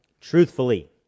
truthfully